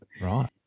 Right